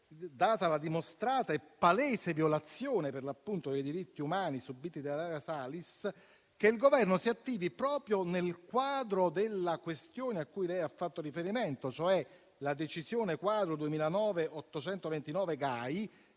data la dimostrata e palese violazione dei diritti umani subita da Ilaria Salis, che il Governo si attivi proprio nel quadro della questione a cui lei ha fatto riferimento, cioè la decisione quadro 2009/829/GAI.